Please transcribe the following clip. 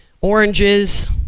oranges